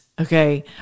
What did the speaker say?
Okay